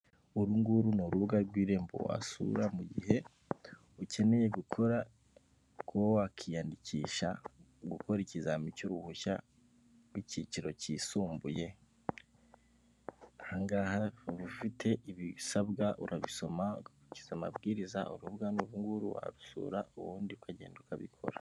Urunguru ni urubuga rw'irembo wasura mu gihe ukeneye gukora, kuba wakiyandikisha gukora ikizam cy'uruhushya rw'kiciro cyisumbuye, aahangaha uba ufite ibisabwa urabisoma ugakurikiza amabwiriza, urubu ni urunguru warusura ubundi ukagenda ukabikora.